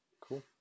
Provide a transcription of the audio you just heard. Cool